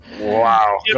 Wow